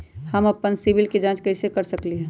हम अपन सिबिल के जाँच कइसे कर सकली ह?